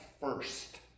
first